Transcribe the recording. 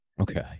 okay